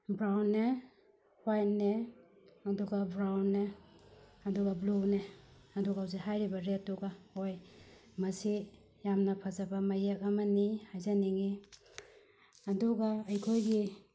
ꯕ꯭ꯔꯥꯎꯟꯅꯦ ꯍ꯭ꯋꯥꯏꯠꯅꯦ ꯑꯗꯨꯒ ꯕ꯭ꯔꯥꯎꯟꯅꯦ ꯑꯗꯨꯒ ꯕ꯭ꯂꯨꯅꯦ ꯑꯗꯨꯒ ꯍꯧꯖꯤꯛ ꯍꯥꯏꯔꯤꯕ ꯔꯦꯠꯇꯨꯒ ꯑꯣꯏ ꯃꯁꯤ ꯌꯥꯝꯅ ꯐꯖꯕ ꯃꯌꯦꯛ ꯑꯃꯅꯤ ꯍꯥꯏꯖꯅꯤꯡꯉꯤ ꯑꯗꯨꯒ ꯑꯩꯈꯣꯏꯒꯤ